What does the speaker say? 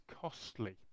costly